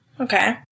Okay